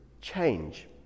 change